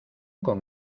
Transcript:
con